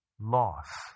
Loss